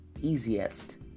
Easiest